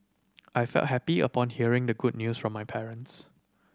I felt happy upon hearing the good news from my parents